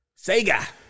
Sega